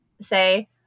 say